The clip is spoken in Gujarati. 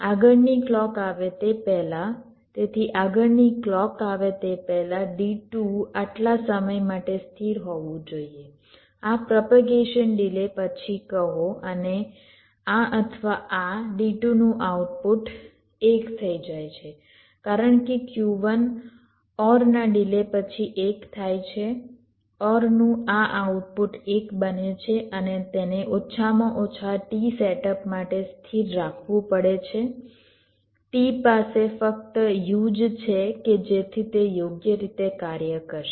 આગળની ક્લૉક આવે તે પહેલાં તેથી આગળની ક્લૉક આવે તે પહેલાં D2 આટલા સમય માટે સ્થિર હોવું જોઈએ આ પ્રોપેગેશન ડિલે પછી કહો અને આ અથવા આ D2 નું આઉટપુટ 1 થઈ જાય છે કારણ કે Q1 OR ના ડિલે પછી 1 થાય છે OR નું આ આઉટપુટ 1 બને છે અને તેને ઓછામાં ઓછા t સેટઅપ માટે સ્થિર રાખવું પડે છે t પાસે ફક્ત u જ છે કે જેથી તે યોગ્ય રીતે કાર્ય કરશે